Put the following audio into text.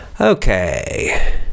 Okay